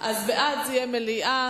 אז בעד, זה דיון במליאה.